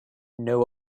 know